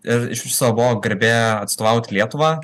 ir iš viso buvo garbė atstovauti lietuvą